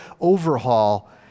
overhaul